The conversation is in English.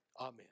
Amen